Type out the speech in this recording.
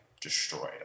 destroyed